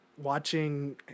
Watching